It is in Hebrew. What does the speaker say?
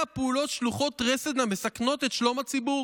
פעולות שלוחות רסן המסכנות את שלום הציבור'